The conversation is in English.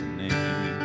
name